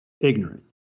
ignorant